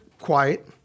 quiet